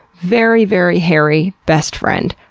very very hairy best friend.